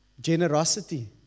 generosity